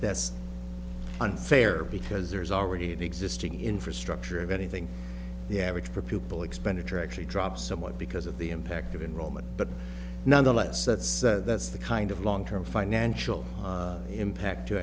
that's unfair because there's already an existing infrastructure of anything the average per pupil expenditure actually drops somewhat because of the impact of enrollment but nonetheless that's that's the kind of long term financial impact t